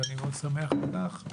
ואני מאוד שמח על כך.